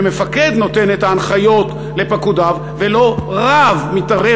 שמפקד נותן את ההנחיות לפקודיו ולא רב מתערב